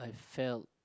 fell